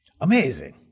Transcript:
Amazing